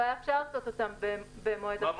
לא היינו יכולים לעשות זאת במועד אחר.